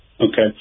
Okay